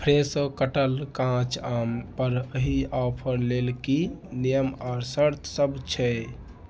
फ्रेशो कटल काँच आम पर एहि ऑफर लेल की नियम आओर शर्त सभ छै